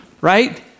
right